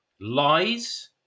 lies